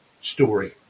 story